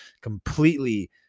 completely